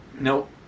Nope